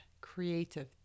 creative